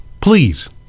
Please